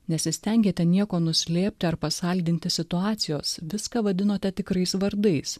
nesistengėte nieko nuslėpti ar pasaldinti situacijos viską vadinote tikrais vardais